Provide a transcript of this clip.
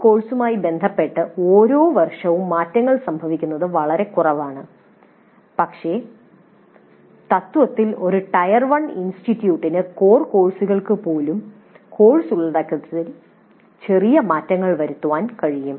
core കോഴ്സുകളുമായി ബന്ധപ്പെട്ട് ഓരോ വർഷവും മാറ്റങ്ങൾ സംഭവിക്കുന്നത് വളരെ കുറവാണ് പക്ഷേ തത്ത്വത്തിൽ ഒരു ടയർ I ഇൻസ്റ്റിറ്റ്യൂട്ടിന് കോർ കോഴ്സുകൾക്ക് പോലും കോഴ്സ് ഉള്ളടക്കത്തിൽ ചെറിയ മാറ്റങ്ങൾ വരുത്താൻ കഴിയും